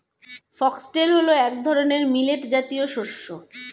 foxtail হল এক ধরনের মিলেট জাতীয় শস্য